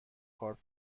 کارت